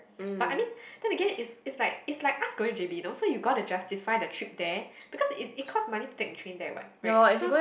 but I mean then again it's it's like it's like us going to J_B you know so you gotta justify the trip there because it it cost money to take the train there what right so